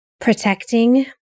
protecting